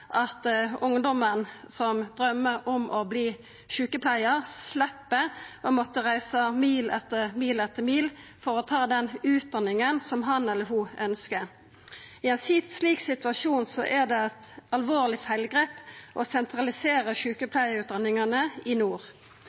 at ungdomen som drøymer om å verta sjukepleiar, slepp å måtta reisa «mil etter mil etter mil» for å ta den utdanninga han eller ho ønskjer. I ein slik situasjon er det eit alvorleg feilgrep å sentralisera sjukepleiarutdanningane i nord.